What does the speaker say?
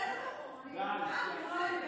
בסדר גמור,